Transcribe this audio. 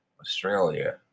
Australia